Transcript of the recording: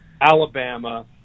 Alabama